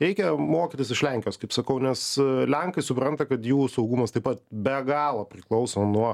reikia mokytis iš lenkijos kaip sakau nes lenkai supranta kad jų saugumas taip pat be galo priklauso nuo